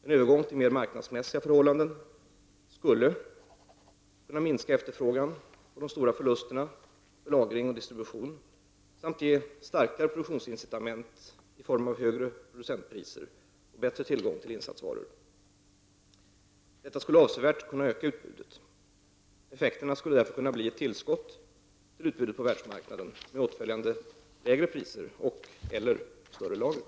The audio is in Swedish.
En övergång till mer marknadsmässiga förhållanden skulle kunna minska efterfrågan och de stora förlusterna vid lagring och distribution samt ge starkare produktionsincitament i form av högre producentpriser och bättre tillgång till insatsvaror. Detta skulle avsevärt kunna öka utbudet. Effekterna skulle därför kunna bli ett tillskott till utbudet på världsmarknaden med åtföljande lägre priser och/eller större lager.